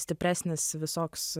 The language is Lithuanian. stipresnis visoks